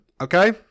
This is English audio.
Okay